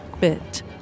bit